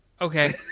okay